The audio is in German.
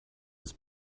ist